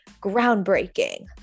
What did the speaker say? groundbreaking